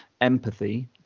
empathy